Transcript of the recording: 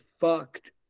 fucked